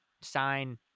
sign